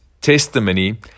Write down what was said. testimony